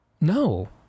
No